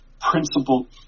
principle